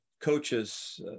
coaches